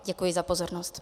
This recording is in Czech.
Děkuji za pozornost.